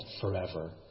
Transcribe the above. forever